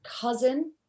cousin